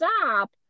Stop